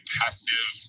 passive